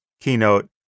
keynote